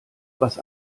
was